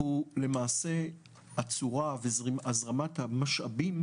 הוא למעשה הצורה והזרמת המשאבים,